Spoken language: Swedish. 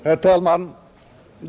Herr talman!